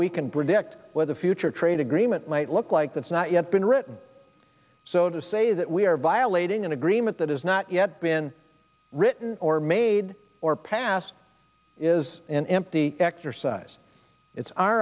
we can predict where the future trade agreement might look like that's not yet been written so to say that we are violating an agreement that has not yet been written or made or passed is an empty exercise it's